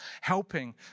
Helping